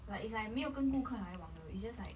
but it's like 没有跟顾客来往的 eh it's just like